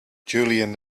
julian